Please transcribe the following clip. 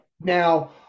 now